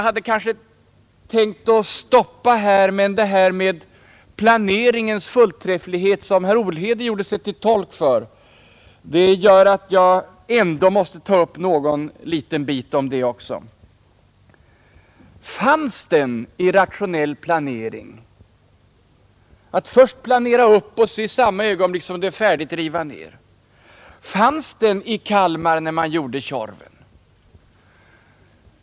Jag hade tänkt stoppa här, men den planeringens förträfflighet som herr Olhede gjorde sig till tolk för gör att jag ändå måste ta upp någon liten bit av det också. Fanns den i Rationell planering? Att först planera upp och så i samma ögonblick som det är färdigt, riva ner. Fanns den i Kalmar, när man gjorde Tjorven?